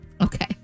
Okay